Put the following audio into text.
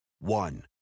One